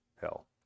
hell